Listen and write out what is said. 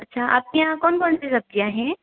अच्छा आपके यहाँ कौन कौन सी सब्जियाँ हैं